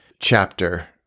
chapter